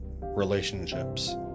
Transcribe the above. relationships